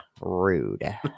Rude